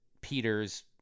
Peter's